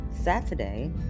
Saturday